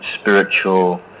spiritual